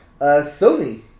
sony